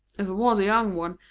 if it was a young one,